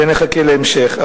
ונחכה להמשך.